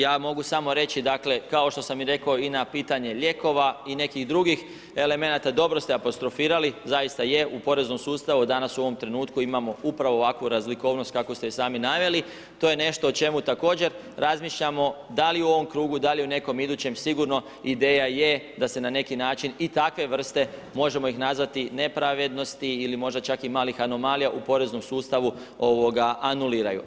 Ja mogu samo reći kao što sam i rekao i na pitanje lijekova i nekih drugih elemenata, dobro ste apostrofirali, zaista je da u poreznom sustavu danas u ovom trenutku imamo upravo ovakvu razlikovnost kakvu ste i sami naveli, to je nešto o čemu također razmišljamo da li u ovom krugu, da li u nekom idućem, sigurno ideja je da se na neki način i takve vrst možemo nazvati nepravednosti ili možda čak i malih anomalija u poreznom sustavu anuliraju.